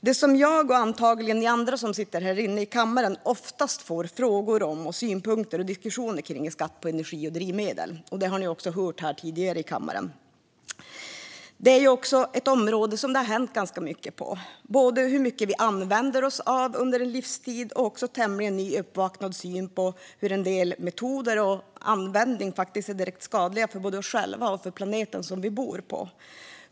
Det som jag och antagligen ni andra här i kammaren oftast får frågor om och synpunkter på är skatter på energi och drivmedel. Det har vi också hört tidigare här i kammaren i dag. Detta är ett område där det har hänt ganska mycket, både när det gäller hur mycket vi använder oss av under en livstid och den tämligen nyvakna synen på hur en del metoder och användning är direkt skadliga för både oss själva och för planeten vi bor på.